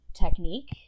technique